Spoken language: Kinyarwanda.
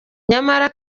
nyamara